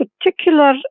particular